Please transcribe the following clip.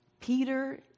Peter